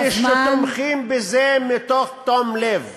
גם אלה שתומכים בזה בתום לב.